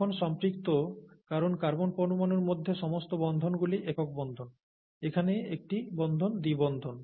মাখন সম্পৃক্ত কারণ কার্বন পরমাণুর মধ্যে সমস্ত বন্ধনগুলি একক বন্ধন এখানে একটি বন্ধন দ্বিবন্ধন